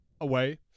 away